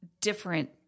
different